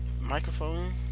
microphone